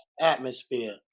atmosphere